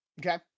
Okay